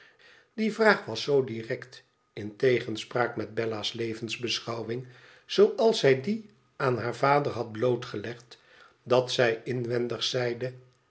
die vraag was zoo direct in tegenspraak met bella's levensbeschouwing zooals zij die aan haar vader had blootgelegd dat zij inwendig zeide